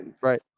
Right